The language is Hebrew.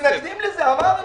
אנחנו מתנגדים לזה, אמרנו.